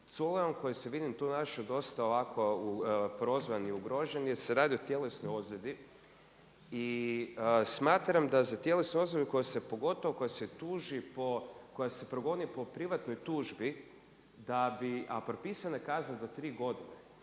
Culejom koji se vidim tu našao dosta ovako prozvan i ugrožen jer se radi o tjelesnoj ozljedi. I smatram da za tjelesnu ozljedu koja se, pogotovo koja se tuži po, koja se progoni po privatnoj tužbi, a propisana je kazna do tri godine.